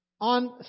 on